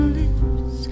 lips